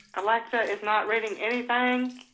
alexa is not reading anything?